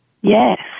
yes